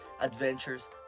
Adventures